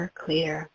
clear